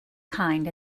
kind